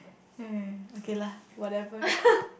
okay lah whatever